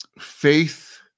faith